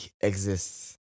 exists